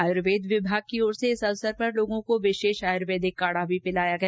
आयर्वेद विमाग की ओर से इस अवसर पर लोगों को विशेष आयर्वेदिक काढा भी पिलाया गया